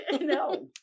No